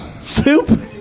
Soup